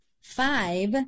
five